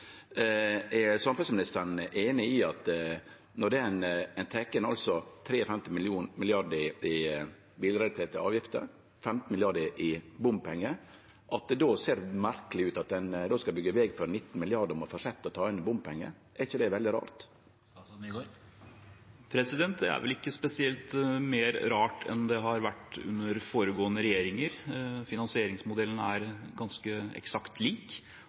Er samferdselsministeren einig i at når ein tek inn 53 mrd. kr i bilrelaterte avgifter, 15 mrd. kr i bompengar, ser det merkeleg ut når ein skal byggje veg for 19 mrd. kr, at ein må fortsetje med å ta inn bompengar? Er ikkje det veldig rart? Det er vel ikke spesielt mye rarere enn det har vært under foregående regjeringer. Finansieringsmodellen er ganske eksakt lik.